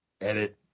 Edit